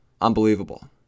Unbelievable